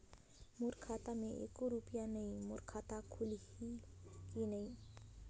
मोर खाता मे एको रुपिया नइ, मोर खाता खोलिहो की नहीं?